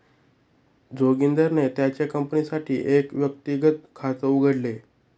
जोगिंदरने त्याच्या कंपनीसाठी एक व्यक्तिगत खात उघडले